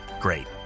Great